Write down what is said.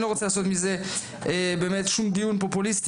אני לא רוצה לעשות מזה דיון פופוליסטי,